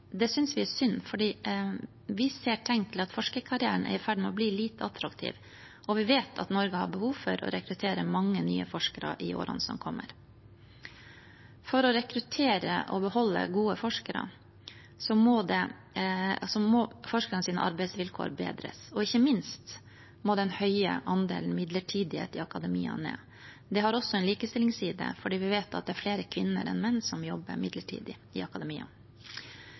Det synes vi er synd, for vi ser tegn til at forskerkarrieren er i ferd med å bli lite attraktiv, og vi vet at Norge har behov for å rekruttere mange nye forskere i årene som kommer. For å rekruttere og beholde gode forskere, må forskernes arbeidsvilkår bedres, og ikke minst må den høye andelen midlertidighet i akademia ned. Det har også en likestillingsside, for vi vet at det er flere kvinner enn menn som jobber midlertidig i akademia.